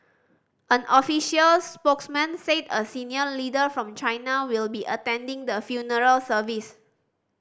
an official spokesman said a senior leader from China will be attending the funeral service